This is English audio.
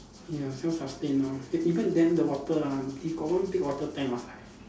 ya self sustain ah eve~ even them the water ah he got one big water tank outside